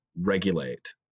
regulate